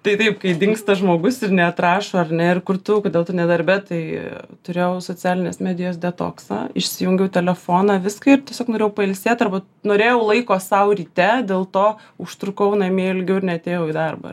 tai taip kai dingsta žmogus ir neatrašo ar ne ir kur tu kodėl tu nedarbe tai turėjau socialinės medijos detoksą išsijungiau telefoną viską ir tiesiog norėjau pailsėt arba norėjau laiko sau ryte dėl to užtrukau namie ilgiau ir neatėjau į darbą